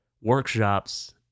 workshops